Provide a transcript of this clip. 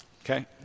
Okay